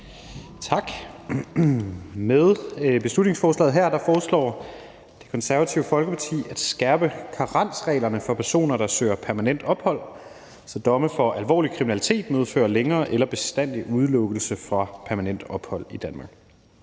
Tak. Med beslutningsforslaget her foreslår Det Konservative Folkeparti at skærpe karensreglerne for personer, der søger permanent ophold, så domme for alvorlig kriminalitet medfører en længere eller bestandig udelukkelse fra permanent ophold i Danmark.